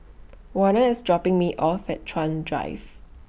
Warner IS dropping Me off At Chuan Drive